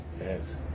Yes